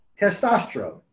testosterone